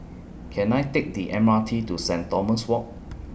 Can I Take The M R T to Saint Thomas Walk